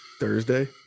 Thursday